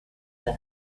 the